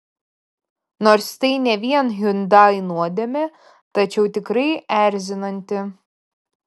nors tai ne vien hyundai nuodėmė tačiau tikrai erzinanti